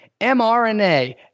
mRNA